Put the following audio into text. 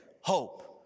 hope